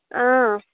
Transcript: ꯑꯥ